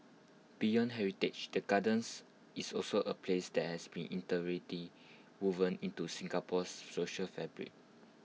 beyond heritage the gardens is also A place that has been woven into Singapore's social fabric